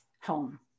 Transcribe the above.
home